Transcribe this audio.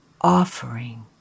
offering